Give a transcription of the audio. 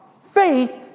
Faith